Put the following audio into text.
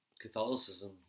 Catholicism